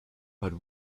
but